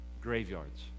graveyards